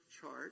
chart